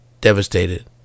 devastated